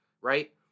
right